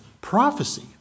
Prophecy